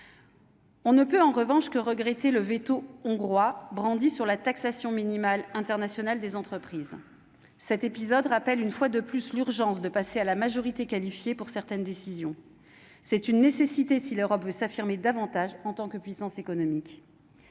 On ne peut en revanche que regretter le véto hongrois sur la taxation minimale international des entreprises, cet épisode rappelle une fois de plus, l'urgence de passer à la majorité qualifiée pour certaines décisions, c'est une nécessité si l'Europe peut s'affirmer davantage en tant que puissance économique.